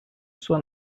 sua